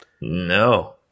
No